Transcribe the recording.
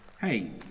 Hey